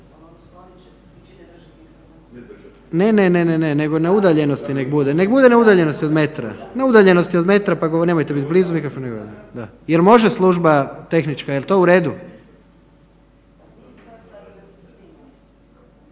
Ne, ne, ne, nego na udaljenosti nek bude, nek bude na udaljenosti od metra, na udaljenosti od metra pa nemojte biti blizu. Jel može služba tehnička, jel to u redu?